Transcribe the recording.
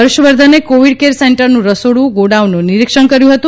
ફર્ષવર્ધને covid care સેન્ટરનું રસોડું ગોડાઉનનું નિરિક્ષણ કર્યુ હતુ